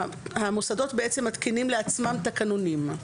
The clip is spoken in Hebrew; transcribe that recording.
המוסדות בעצם מתקינים לעצמם תקנונים.